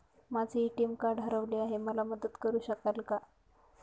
माझे ATM card हरवले आहे, मला मदत करु शकाल का?